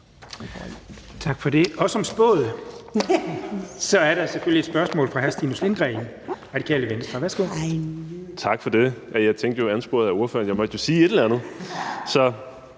Tak for det. Og som spået er der selvfølgelig et spørgsmål fra hr. Stinus Lindgreen, Radikale Venstre. Værsgo. Kl. 11:59 Stinus Lindgreen (RV): Tak for det. Jeg tænkte jo – ansporet af ordføreren – at jeg måtte sige et eller andet.